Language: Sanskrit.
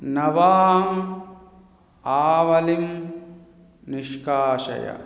नवाम् आवलिं निष्कासय